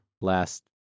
last